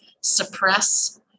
suppress